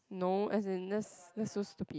no as in that's that's so stupid